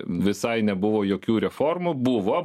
visai nebuvo jokių reformų buvo